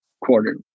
quarter